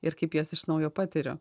ir kaip jas iš naujo patiriu